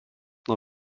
nuo